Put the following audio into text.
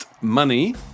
Money